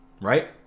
right